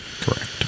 Correct